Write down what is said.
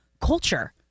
culture